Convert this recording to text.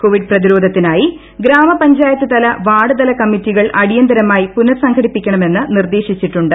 Covid പ്രതിരോധത്തിനായി ഗ്രാമപഞ്ചായത്തുതല ward തല കമ്മിറ്റികൾ അടിയന്തരമായി പുനസംഘട്ടിപ്പിക്കണമെന്ന് നിർദ്ദേശിച്ചിട്ടുണ്ട്